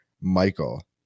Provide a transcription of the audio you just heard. Michael